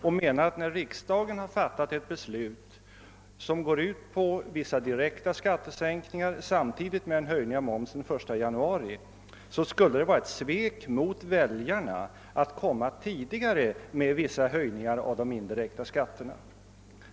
Han menade att när riksdagen hade fattat ett beslut som gick ut på vissa sänkningar av den direkta skatten samtidigt med en höjning av momsen den 1 januari, skulle det vara ett svek mot väljarna att genomföra vissa höjningar av de indirekta skatterna tidigare.